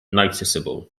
noticeable